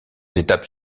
étapes